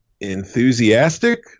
enthusiastic